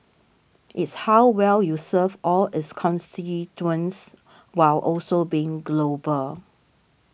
it's how well you serve all its constituents while also being global